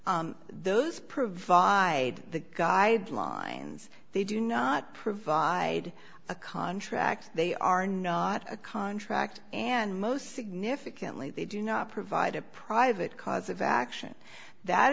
case those provide guidelines they do not provide a contract they are not a contract and most significantly they do not provide a private cause of action that